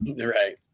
Right